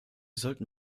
sollten